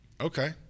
Okay